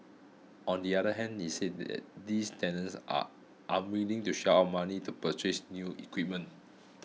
on the other hand he said that these tenants are unwilling to shell out money to purchase new equipment